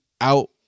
out